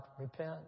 repent